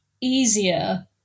easier